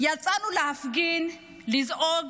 יצאנו להפגין, לזעוק